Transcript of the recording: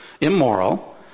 immoral